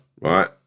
right